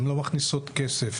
הן לא מכניסות כסף,